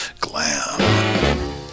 glam